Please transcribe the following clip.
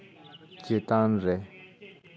ᱪᱮᱛᱟᱱ ᱨᱮ